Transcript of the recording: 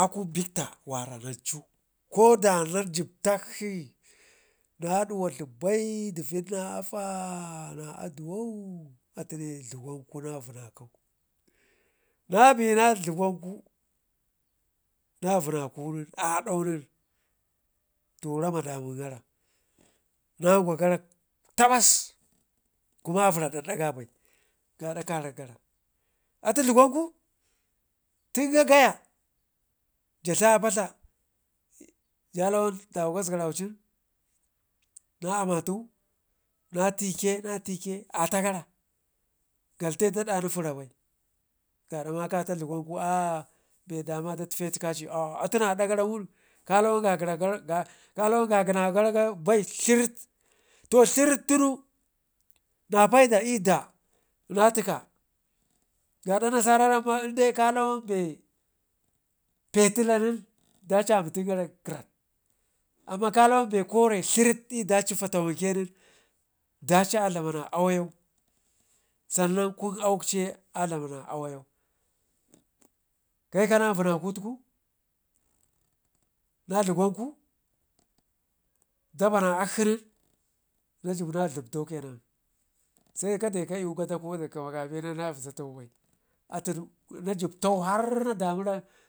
Akun biktak wara nancu koda najib takshi na ɗuwo adlubai dəvid na affa na aduwaw atune dlugwanku na vinakau, nabena dlugwangu na vinakunen adau nen to rama damun gara nagwagara tabas kuma vərra da dakga bai gaada karak gara atu dlugwanku tun gagayak ja dla a padla jalawan dawa gasgarau cin na amatau na tike ata gara galte ɗa ɗani firka bai, gadama kata dlugwanku aa be dama datfe tikaci aa atu na adagara wun ka lawan gagənawa garan bai dlirid to dlirid tunu, napaid i'da na tika zaada narasa, ramma in dai kalawan be petila nen ɗaci amtin gara krat, amma kalawan be kore dlirid i'daci nen fatawanke nen ɗaci a dlama na awayau sannan kun auwuk ciye a dlama na awayeu, kaikana vənnaku tuku na dlugwanku dabana akshi nen na jibna dlibto kenan se kade ka i'yu gadakuwa da gəma ma benin na bizato bai atunu na jib tau har na har na